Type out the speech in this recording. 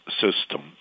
system